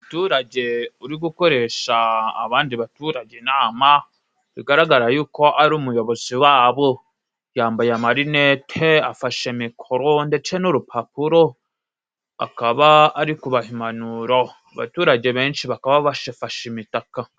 Umuturage uri gukoresha abandi baturage inama bigaragara yuko ari umuyobozi wabo , yambaye amarinete afashe mikoro ndetse n'urupapuro akaba ari kubaha impanuro ,abaturage benshi bakaba bafashe imitaka.